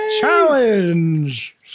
challenge